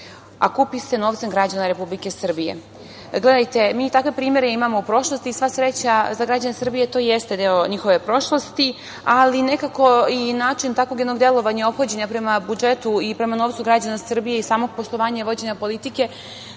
a kupi se novcem građana Republike Srbije? Mi takve primere imamo u prošlosti. Sva sreća za građane Srbije to jeste deo njihove prošlosti, ali nekako i način takvog jednog delovanja, ophođenja prema budžetu i prema novcu građana Srbije i samog poslovanja, vođenja politike